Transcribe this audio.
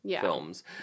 films